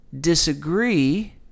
disagree